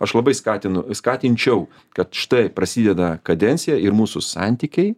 aš labai skatinu skatinčiau kad štai prasideda kadencija ir mūsų santykiai